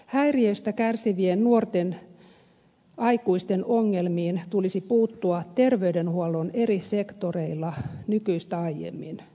häiriöstä kärsivien nuorten aikuisten ongelmiin tulisi puuttua terveydenhuollon eri sektoreilla nykyistä aiemmin